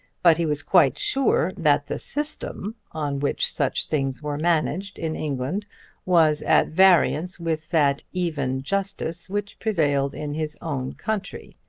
but he was quite sure that the system on which such things were managed in england was at variance with that even justice which prevailed in his own country!